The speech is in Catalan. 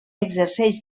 exerceix